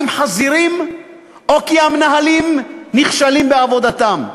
חזירים או כי המנהלים נכשלים בעבודתם.